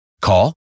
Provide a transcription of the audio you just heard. Call